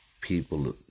people